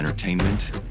Entertainment